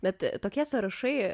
bet tokie sąrašai